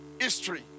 history